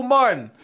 Martin